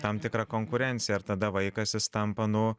tam tikra konkurencija ir tada vaikas jis tampa nu